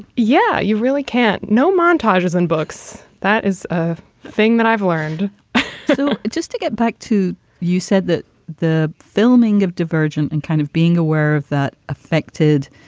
yeah, you really can't know montages and books. that is a thing that i've learned so just to get back to you said that the filming of divergent and kind of being aware of that affected,